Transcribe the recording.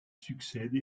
succède